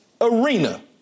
arena